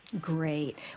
Great